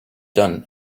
done